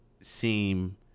seem